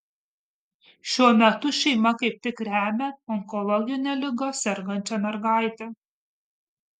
šiuo metu šeima kaip tik remia onkologine liga sergančią mergaitę